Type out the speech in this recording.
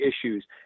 issues